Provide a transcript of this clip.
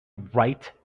right